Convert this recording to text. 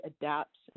adapts